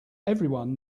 everyone